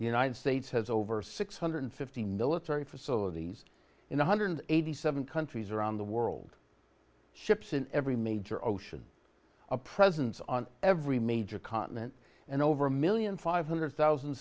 united states has over six hundred and fifty military facilities in one hundred and eighty seven countries around the world ships in every major ocean a presence on every major continent and over a one million five hundred thousand